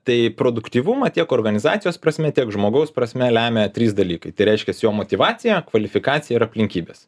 tai produktyvumą tiek organizacijos prasme tiek žmogaus prasme lemia trys dalykai reiškias jo motyvacija kvalifikacija ir aplinkybės